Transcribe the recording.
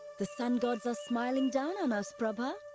the sun gods are smiling down on us, prabha.